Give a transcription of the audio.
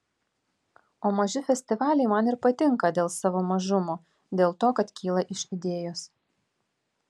o maži festivaliai man ir patinka dėl savo mažumo dėl to kad kyla iš idėjos